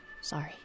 sorry